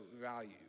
value